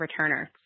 returner